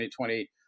2020